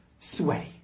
sweaty